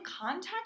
contact